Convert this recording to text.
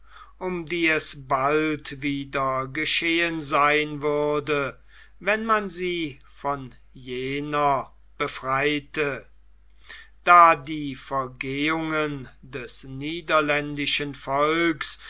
um die es bald wieder geschehen sein würde wenn man sie von jener befreite da die vergehungen des niederländischen volks